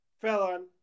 Felon